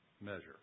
measure